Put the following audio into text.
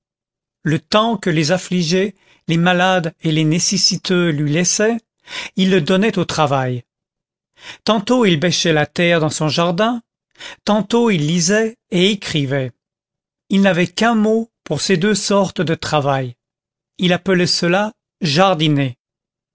le temps que les affligés les malades et les nécessiteux lui laissaient il le donnait au travail tantôt il bêchait la terre dans son jardin tantôt il lisait et écrivait il n'avait qu'un mot pour ces deux sortes de travail il appelait cela jardiner